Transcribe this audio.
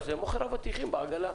אבטיחים בעגלה.